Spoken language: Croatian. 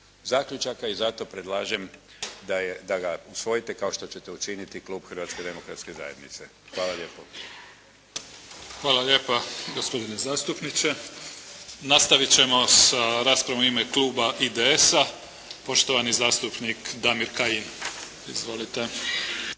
zaključaka i zato predlažem da ga usvojite kao što će to učiniti Klub Hrvatske demokratske zajednice. Hvala lijepo. **Mimica, Neven (SDP)** Hvala lijepa gospodine zastupniče. Nastavit ćemo sa raspravom. U ime kluba IDS-a poštovani zastupnik Damir Kajin. Izvolite.